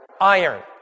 Iron